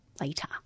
later